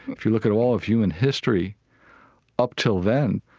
if you look at all of human history up until then,